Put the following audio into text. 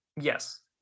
Yes